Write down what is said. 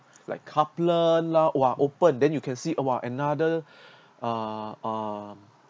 like coupla lah !wow! open then you can see !wow! another uh